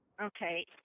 Okay